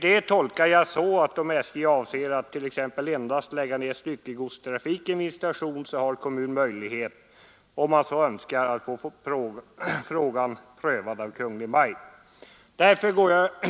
Detta tolkar jag så att om SJ avser att t.ex. endast lägga ned styckegodstrafiken vid en station, så har kommunen möjlighet, om man så önskar, att få frågan prövad av Kungl. Maj:t. Därför